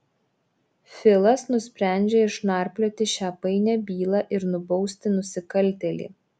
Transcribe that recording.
filas nusprendžia išnarplioti šią painią bylą ir nubausti nusikaltėlį